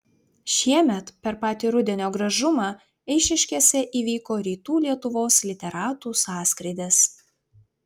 šiemet per patį rudenio gražumą eišiškėse įvyko rytų lietuvos literatų sąskrydis